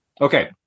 Okay